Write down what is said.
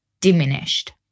diminished